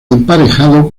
emparejado